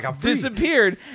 disappeared